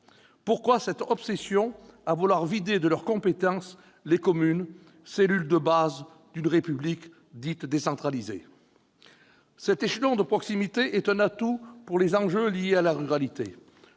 pourquoi cette obsession à vouloir vider de leurs compétences les communes, cellules de base d'une République dite décentralisée ? Cet échelon de proximité est un atout pour les enjeux liés à la ruralité.